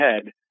ahead